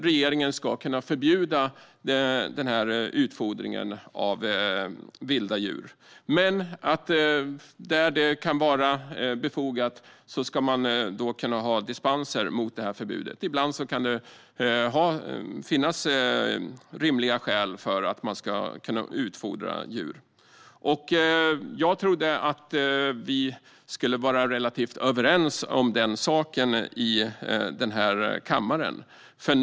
Regeringen ska kunna förbjuda utfodringen av vilda djur, men där det är befogat ska dispenser mot förbudet utfärdas. Ibland kan det finnas rimliga skäl för att utfodra djur. Jag trodde att vi skulle vara relativt överens om saken i kammaren.